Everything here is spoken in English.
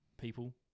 people